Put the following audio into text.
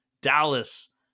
Dallas